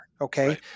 okay